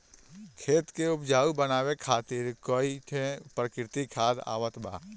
खेत के उपजाऊ बनावे खातिर कई ठे प्राकृतिक खाद आवत बा